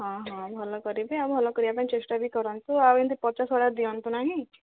ହଁ ହଁ ଭଲ କରିବେ ଆଉ ଭଲ କରିବା ପାଇଁ ଚେଷ୍ଟା ବି କରନ୍ତୁ ଆଉ ଏମିତି ପଚା ସଢ଼ା ଦିଅନ୍ତୁ ନାହିଁ